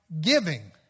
giving